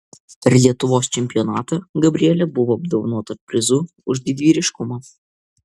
per lietuvos čempionatą gabrielė buvo apdovanota prizu už didvyriškumą